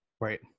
Right